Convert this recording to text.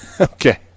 Okay